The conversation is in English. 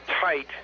tight